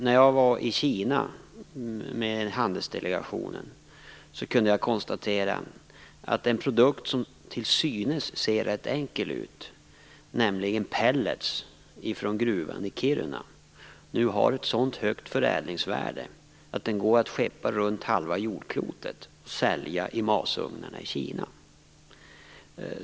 När jag var i Kina med handelsdelegationen kunde jag konstatera att den produkt som till synes är rätt enkel - nämligen pellets från gruvan i Kiruna - nu har ett så högt förädlingsvärde att den går att skeppa runt halva jordklotet och säljas för att användas i masugnarna i Kina.